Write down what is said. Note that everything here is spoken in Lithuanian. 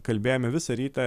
kalbėjome visą rytą